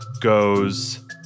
goes